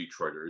Detroiters